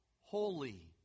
holy